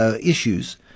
issues